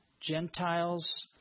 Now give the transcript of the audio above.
Gentiles